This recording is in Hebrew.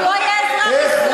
שהוא לא יהיה אזרח ישראלי.